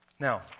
Now